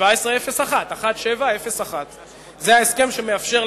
1701 זה ההסכם שמאפשר,